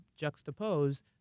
Juxtapose